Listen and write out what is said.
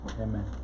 Amen